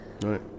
Right